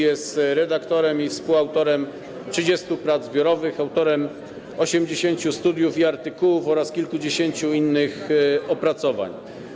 Jest redaktorem i współautorem 30 prac zbiorowych, autorem 80 studiów i artykułów oraz kilkudziesięciu innych opracowań.